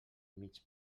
mig